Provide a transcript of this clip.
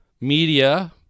media